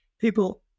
people